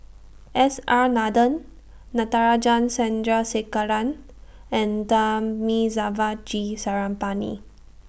S R Nathan Natarajan Chandrasekaran and Thamizhavel G Sarangapani